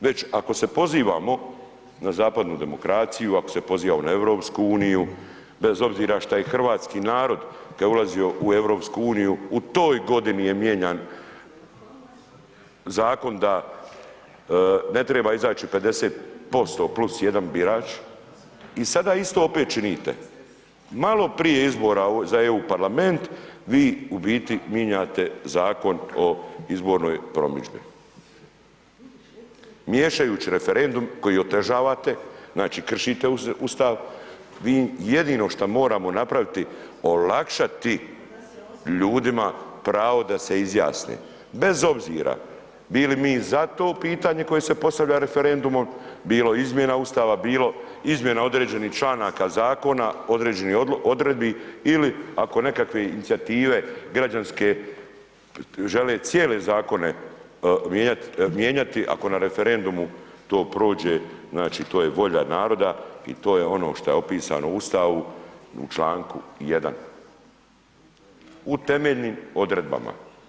Već ako se pozivamo na zapadnu demokraciju, ako se pozivamo na Europsku uniju, bez obzira šta je i hrvatski narod kad je ulazio u Europsku uniju, u toj godini je mijenjan Zakon da ne treba izaći 50% + 1 birač, i sada opet isto činite, malo prije izbora za EU parlament, vi u biti minjate Zakon o izbornoj promidžbi, miješajući referendum koji otežavate, znači kršite Ustav, vi, jedino što moramo napraviti olakšati ljudima pravo da se izjasni, bez obzira bili mi ZA to pitanje koje se postavlja referendumom, bilo izmjena Ustava, bilo izmjena određenih članaka Zakona, određenih odredbi, ili ako nekakve inicijative građanske žele cijele Zakone mijenjati, ako na referendumu to prođe, znači to je volja naroda, i to je ono što je opisano u Ustavu, u članku 1., u temeljnim odredbama.